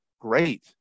great